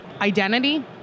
identity